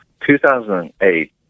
2008